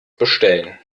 bestellen